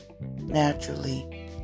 naturally